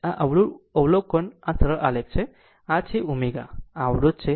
આમ આ અવળું અવલોકન આ સરળ આલેખ છે આ છે ω આ અવરોધ છે